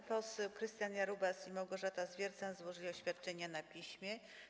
Pan poseł Krystian Jarubas i Małgorzata Zwiercan złożyli oświadczenia na piśmie.